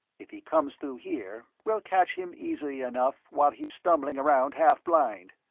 if he comes through here, we'll catch him easily enough while he's stumbling around half blind.